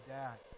dad